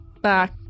Back